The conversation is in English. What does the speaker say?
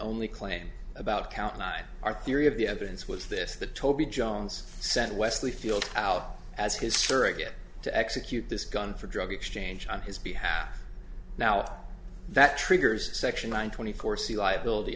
only claim about count nine our theory of the evidence was this that toby jones sent wesley field out as his surrogate to execute this gun for drug exchange on his behalf now that triggers section one twenty four c liability